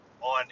on